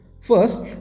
First